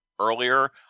earlier